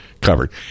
Covered